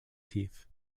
teeth